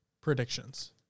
predictions